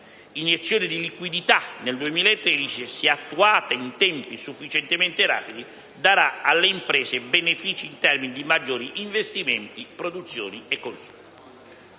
iniezione di liquidità nel 2013, se attuata in tempi sufficientemente rapidi, darà alle imprese benefici in termini di maggiori investimenti, produzione e consumi.